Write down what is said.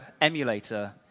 emulator